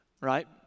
right